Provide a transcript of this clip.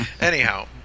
Anyhow